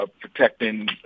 protecting